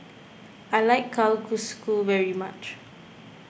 I like Kalguksu very much